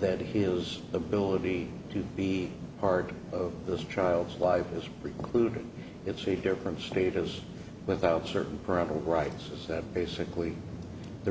that his ability to be part of this child's life is precluded it's a different status without certain parental rights is that basically the